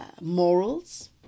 morals